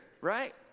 right